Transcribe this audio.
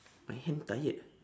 my hand tired